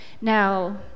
Now